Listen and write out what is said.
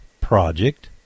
project